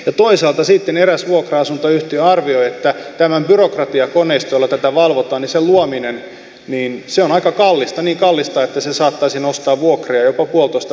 ja toisaalta sitten eräs vuokra asuntoyhtiö arvioi että tämän byrokratiakoneiston jolla tätä valvotaan luominen on aika kallista niin kallista että se saattaisi nostaa vuokria jopa puolitoista prosenttia